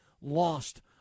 lost